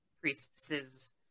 priestesses